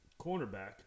cornerback